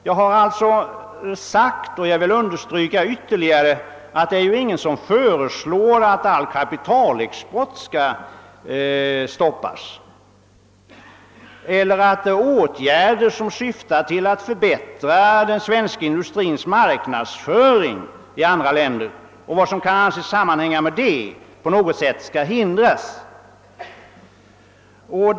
Jag har tidigare framhållit, och vill än en gång understryka det, att ingen föreslår att all kapitalexport stoppas eller att åtgärder som syftar till att förbättra den svenska industrins marknadsföring i andra länder och därmed sammanhängande ting på något sätt skall hindras.